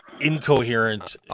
incoherent